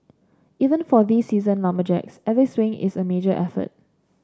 even for these seasoned lumberjacks every swing is a major effort